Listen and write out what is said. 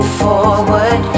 forward